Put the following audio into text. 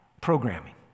programming